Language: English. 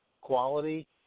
quality